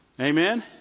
Amen